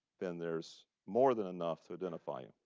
then there's more than enough to identify.